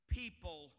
people